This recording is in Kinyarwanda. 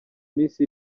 minsi